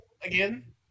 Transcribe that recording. again